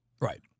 Right